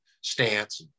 stance